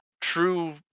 true